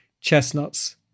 chestnuts